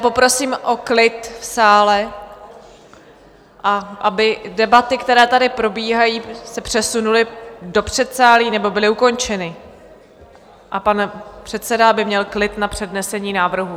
Poprosím o klid v sále, a aby debaty, které tady probíhají, se přesunuly do předsálí nebo byly ukončeny a pan předseda aby měl klid na přednesení návrhů.